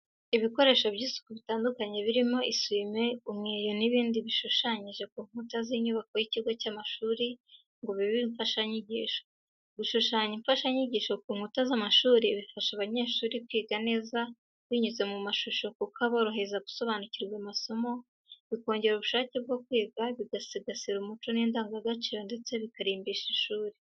Ibikoresho by'isuku bitandukanye birimo isuwime, umweyo n'ibindi bishushanyije ku nkuta z'inyubako y'ikigo cy'amashuri ngo bibe imfashanyigisho. Gushushanya imfashanyigisho ku nkuta z’amashuri bifasha abanyeshuri kwiga neza binyuze mu mashusho kuko aborohereza gusobanukirwa amasomo, bikongera ubushake bwo kwiga, bigasigasira umuco n’indangagaciro ndetse bikarimbisha ishuri.